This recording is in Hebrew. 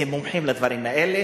והם מומחים לדברים האלה.